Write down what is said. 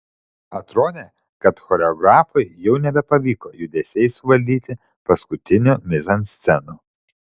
atrodė kad choreografui jau nebepavyko judesiais suvaldyti paskutinių mizanscenų